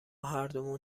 هردومون